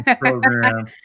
program